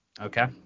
Okay